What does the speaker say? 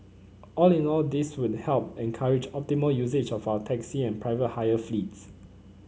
all in all this would help encourage optimal usage of our taxi and private hire fleets